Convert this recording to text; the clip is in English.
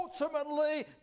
ultimately